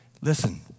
Listen